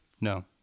No